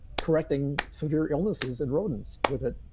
correcting severe illnesses in rodents with it.